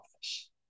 office